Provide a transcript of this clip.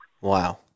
Wow